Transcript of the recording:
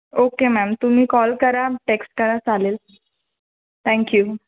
okay ma'am तुम्ही call करा text करा चालेल थँक्यू